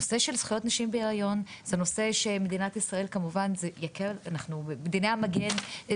הנושא של נשים בהריון זה נושא שמדינת ישראל כמובן בדיני המגן,